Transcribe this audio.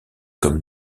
comme